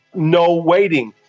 no waiting.